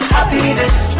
Happiness